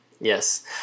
Yes